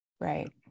right